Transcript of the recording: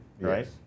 right